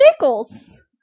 nickels